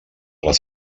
les